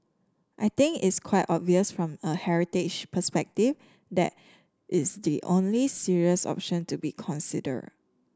I think it's quite obvious from a heritage perspective that is the only serious option to be consider